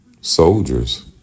soldiers